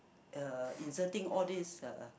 uh inserting all these uh